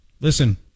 Listen